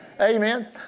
Amen